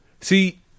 See